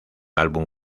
álbum